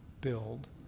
build